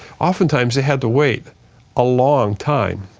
oftentimes they had to wait a long time.